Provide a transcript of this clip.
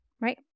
right